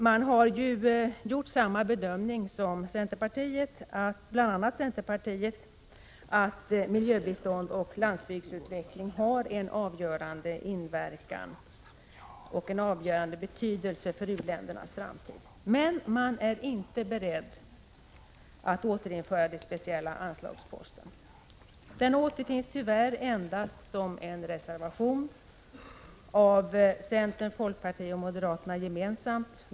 Man har gjort samma bedömning som bl.a. centerpartiet, att miljöbistånd och landsbygdsutveckling har en avgörande inverkan på och en avgörande betydelse för u-ländernas framtid. Men man är inte beredd att återinföra den speciella anslagsposten. Den återfinns tyvärr endast i en reservation till betänkandet av centern, folkpartiet och moderaterna gemensamt.